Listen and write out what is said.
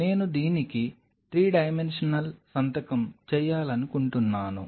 నేను దీనికి 3 డైమెన్షనల్ సంతకం చేయాలనుకుంటున్నాను